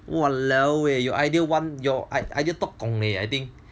!walaoeh! your idea [one] your idea tokgong leh I think